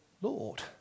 Lord